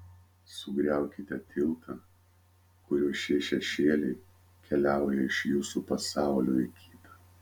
sugriaukite tiltą kuriuo šie šešėliai keliauja iš jūsų pasaulio į kitą